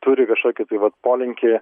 turi kažkokį tai vat polinkį